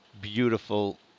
beautiful